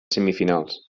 semifinals